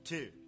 Two